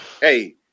hey